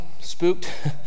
spooked